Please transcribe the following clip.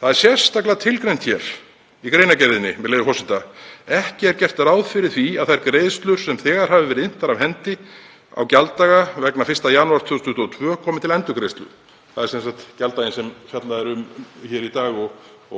er sérstaklega tilgreint hér í greinargerðinni, með leyfi forseta: „Ekki er gert ráð fyrir því að þær greiðslur sem þegar hafa verið inntar af hendi á gjalddaga 1. janúar 2022 komi til endurgreiðslu.“ Það er sem sagt gjalddaginn sem fjallað er um hér í dag